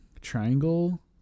triangle